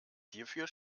hierfür